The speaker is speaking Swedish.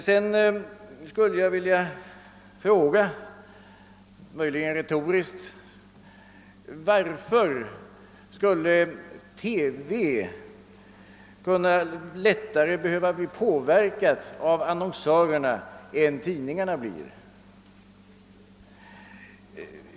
Sedan skulle jag vilja fråga, herr Hedlund, möjligen retoriskt: Varför skulle TV lättare behöva bli påverkat av annonsörerna än tidningarna blir?